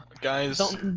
Guys